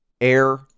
air